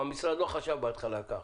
המשרד בהתחלה לא חשב כך.